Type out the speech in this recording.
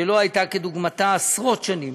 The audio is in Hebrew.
שלא הייתה כדוגמתה עשרות שנים,